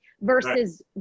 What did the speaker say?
versus